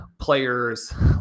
players